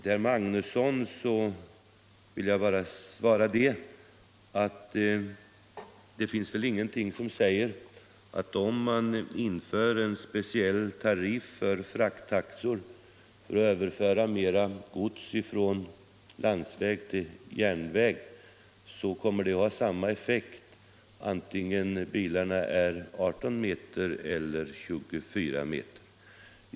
Herr Magnusson i Kristinehamn vill jag bara svara att det inte finns någonting som säger att om man inför en speciell tariff för frakttaxor för att överföra mera gods från landsväg till järnväg så kommer den att ha samma effekt oavsett om bilarna är 18 meter eller 24 meter långa.